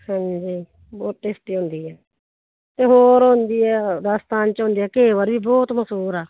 ਹਾਂਜੀ ਬਹੁਤ ਟੇਸਟੀ ਹੁੰਦੀ ਹੈ ਅਤੇ ਹੋਰ ਹੁੰਦੀ ਹੈ ਰਾਜਸਥਾਨ 'ਚ ਹੁੰਦੀ ਆ ਘੇ ਵਾਰੀ ਵੀ ਬਹੁਤ ਮਸੂਰ ਆ